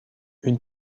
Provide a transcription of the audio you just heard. une